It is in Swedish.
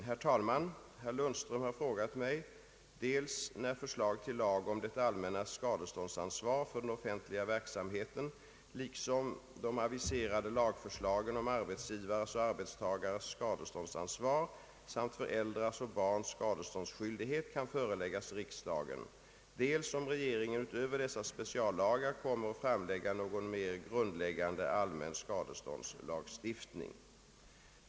Herr talman! Herr Lundström har frågat mig, dels när förslag till lag om det allmännas skadeståndsansvar för den offentliga verksamheten liksom de aviserade lagförslagen om arbetsgivares och arbetstagares skadeståndsansvar samt föräldrars och barns skadeståndsskyldighet kan föreläggas riksdagen, dels om regeringen utöver dessa speciallagar kommer att framlägga någon mer grundläggande allmän skadeståndslagstiftning.